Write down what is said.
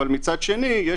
ומצד שני,